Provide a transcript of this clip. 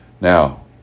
Now